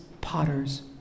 potter's